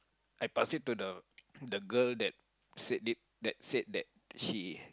I passed it to the the girl that said it that said that she